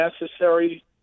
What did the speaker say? necessary